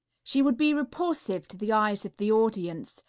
she would be repulsive to the eyes of the audience,